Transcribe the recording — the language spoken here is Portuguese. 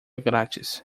grátis